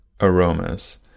aromas